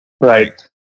right